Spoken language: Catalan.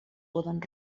poden